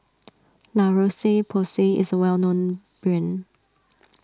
La Roche Porsay is a well known brand